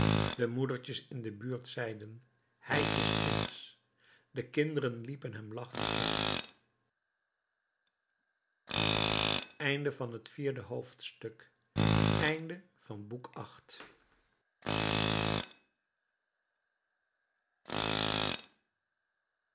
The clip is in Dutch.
de moedertjes in de buurt zeiden hij is kindsch de kinderen liepen hem lachend na